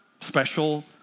special